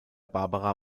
barbara